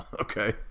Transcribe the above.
Okay